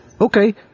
okay